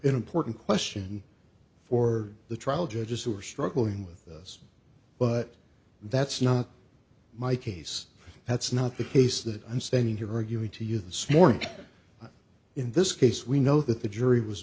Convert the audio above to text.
an important question for the trial judges who are struggling with this but that's not my case that's not the case that i'm standing here arguing to you this morning in this case we know that the jury was